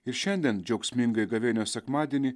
ir šiandien džiaugsmingąjį gavėnios sekmadienį